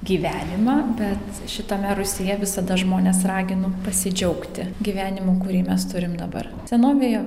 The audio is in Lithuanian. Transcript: gyvenimą bet šitame rūsyje visada žmones raginu pasidžiaugti gyvenimu kurį mes turim dabar senovėje